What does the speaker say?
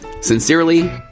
Sincerely